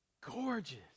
gorgeous